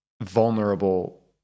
vulnerable